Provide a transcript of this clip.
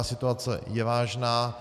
Situace je vážná.